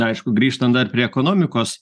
aišku grįžtant dar prie ekonomikos